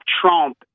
Trump